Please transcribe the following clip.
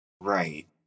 Right